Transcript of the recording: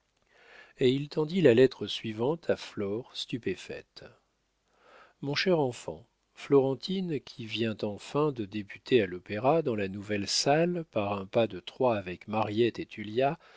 et il tendit la lettre suivante à flore stupéfaite mon cher enfant florentine qui vient enfin de débuter à l'opéra dans la nouvelle salle par un pas de trois avec mariette et tullia